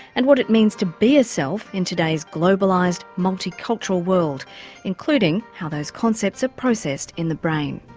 and what it means to be a self in today's globalised, multicultural world including how those concepts are processed in the brain.